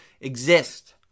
exist